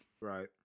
right